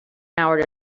hour